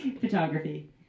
Photography